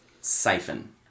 siphon